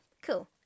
cool